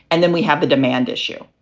and then we have the demand issue.